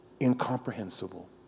Incomprehensible